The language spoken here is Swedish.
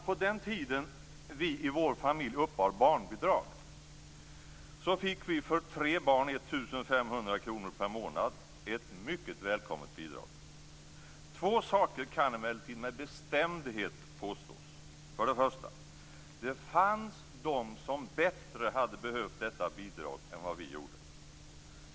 På den tiden då vi i vår familj uppbar barnbidrag, så fick vi för tre barn 1 500 kr per månad. Det var ett mycket välkommet bidrag! Två saker kan man emellertid med bestämdhet påstå: För det första: Det fanns de som bättre hade behövt detta bidrag än vad vi gjorde.